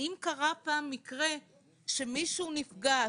האם קרה פעם קרה שמישהו נפגע,